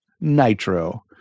Nitro